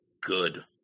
good